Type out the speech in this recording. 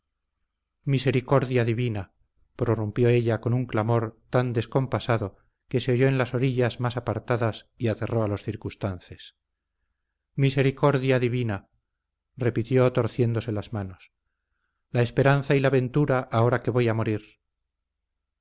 misericordia divina prorrumpió ella con un clamor tan descompasado que se oyó en las orillas más apartadas y aterró a los circunstantes misericordia divina repitió torciéndose las manos la esperanza y la ventura ahora que voy a morir